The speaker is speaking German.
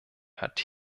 hat